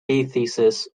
thesis